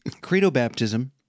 credo-baptism